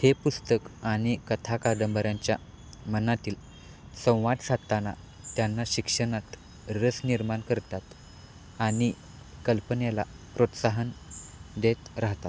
हे पुस्तक आणि कथा कादंबऱ्यांच्या मनातील संवाद साधताना त्यांना शिक्षणात रस निर्माण करतात आणि कल्पनेला प्रोत्साहन देत राहतात